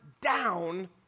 down